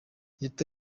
leta